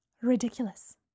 ridiculous